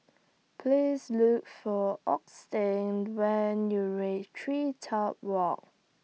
Please Look For Augustin when YOU REACH TreeTop Walk